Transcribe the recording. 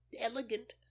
elegant